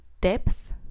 Depth